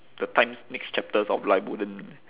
the times next chapters of life wouldn't